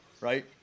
Right